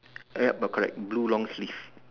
yup err correct blue long sleeve